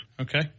Okay